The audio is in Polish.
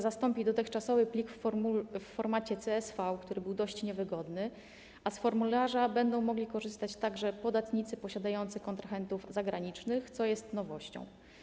Zastąpi dotychczasowy plik w formacie CSV, który był dość niewygodny, a z formularza będą mogli korzystać także podatnicy posiadający kontrahentów zagranicznych, co jest nowością.